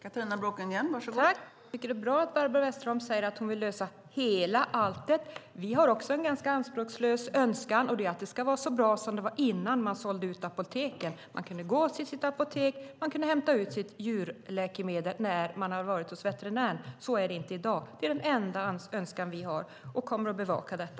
Fru talman! Det är bra att Barbro Westerholm säger att man vill lösa hela alltet. Vår önskan är ganska anspråkslös, nämligen att det ska vara lika bra som det var innan man sålde ut apoteken. Då kunde man gå till sitt apotek och hämta ut sitt djurläkemedel när man varit hos veterinären. Så är det inte i dag. Det är vår enda önskan, och vi kommer att bevaka detta.